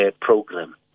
program